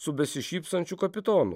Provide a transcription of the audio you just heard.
su besišypsančiu kapitonu